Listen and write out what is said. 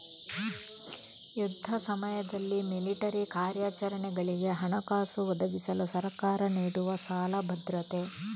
ಯುದ್ಧ ಸಮಯದಲ್ಲಿ ಮಿಲಿಟರಿ ಕಾರ್ಯಾಚರಣೆಗಳಿಗೆ ಹಣಕಾಸು ಒದಗಿಸಲು ಸರ್ಕಾರ ನೀಡುವ ಸಾಲ ಭದ್ರತೆ